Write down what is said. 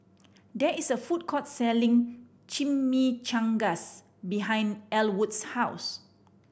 there is a food court selling Chimichangas behind Elwood's house